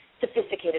sophisticated